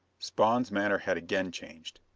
spawn's manner had again changed.